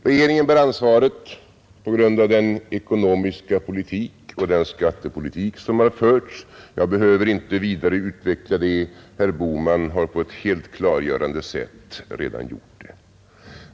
Regeringen bär ansvaret på grund av den ekonomiska politik och den skattepolitik som har förts — jag behöver inte vidare utveckla det, herr Bohman har på ett helt klargörande sätt redan gjort det.